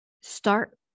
start